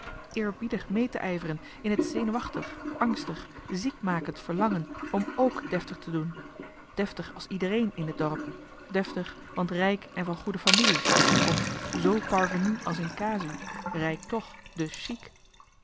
eerbiedig mee te ijveren in het zenuwachtig angstig ziek makend verlangen om k deftig te doen deftig als iederéén hier in het dorp deftig want rijk en van goede familie of z parvenu als in casu rijk toch dùs chic